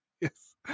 yes